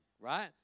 right